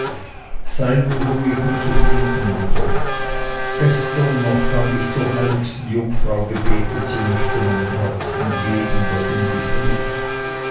sei nur ruhig und zufrieden mutter gestern noch habe ich zur heiligsten jungfrau gebetet sie möchte meinem herzen geben was ihm gebührt